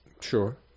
sure